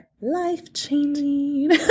life-changing